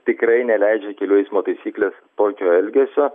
tikrai neleidžia kelių eismo taisyklės tokio elgesio